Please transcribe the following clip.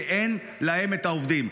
כי אין להם עובדים.